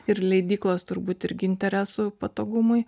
ir leidyklos turbūt irgi interesų patogumui